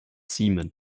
seamen